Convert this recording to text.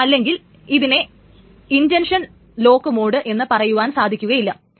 അല്ലെങ്കിൽ ഇതിനെ intention lock mode എന്ന് പറയുവാൻ സാധിക്കുകയില്ല